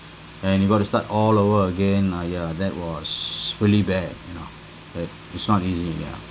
and you got to start all over again ah ya that was really bad you know it it's not easy ya